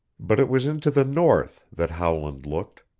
but it was into the north that howland looked.